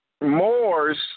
Moore's